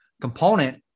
component